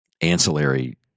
ancillary